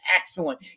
excellent